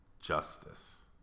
justice